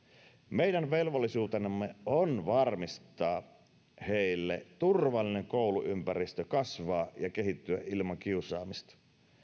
meidän velvollisuutenamme on varmistaa heille turvallinen kouluympäristö kasvaa ja kehittyä ilman kiusaamista